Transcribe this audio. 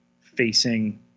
facing